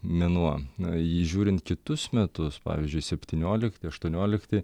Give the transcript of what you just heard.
mėnuo na į jį žiūrint kitus metus pavyzdžiui septyniolikti aštuoniolikti